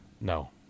No